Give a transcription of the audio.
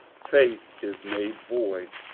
faith is made void,